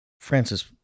Francis